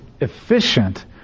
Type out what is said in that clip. efficient